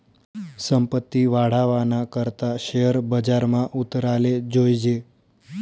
संपत्ती वाढावाना करता शेअर बजारमा उतराले जोयजे